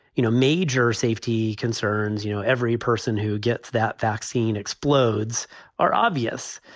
you know, major safety concerns, you know, every person who gets that vaccine explodes are obvious.